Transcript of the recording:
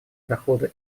дохода